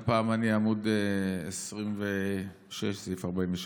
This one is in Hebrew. והפעם אני בעמ' 26, סעיף 43: